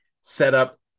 setup